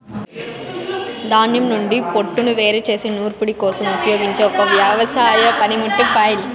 ధాన్యం నుండి పోట్టును వేరు చేసే నూర్పిడి కోసం ఉపయోగించే ఒక వ్యవసాయ పనిముట్టు ఫ్లైల్